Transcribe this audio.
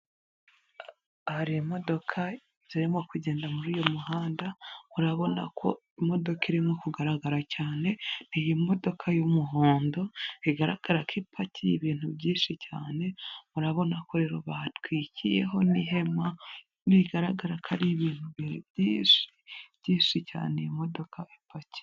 Hari imodoka zirimo kugenda muri uyu muhanda urarabona ko imodoka irimo kugaragara cyane n'iyi modoka y'umuhondo bigaragara ko ipaki ibintu byinshi cyane, murabona ko batwikiyeho n'ihema bigaragara ko ari ibintu byinshi cyane iyi modoka ipakiye.